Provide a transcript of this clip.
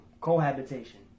Cohabitation